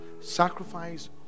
sacrifice